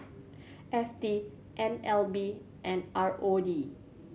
F T N L B and R O D